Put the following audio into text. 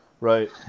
right